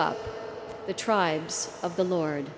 up the tribes of the lord